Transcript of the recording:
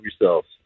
yourselves